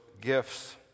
gifts